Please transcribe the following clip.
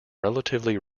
relatively